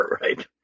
right